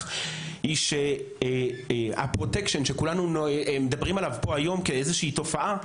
היא שהפרוטקשן שכולנו מדברים פה עליו היום כתופעה,